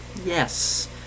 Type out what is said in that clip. Yes